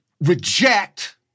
reject